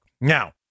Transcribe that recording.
Now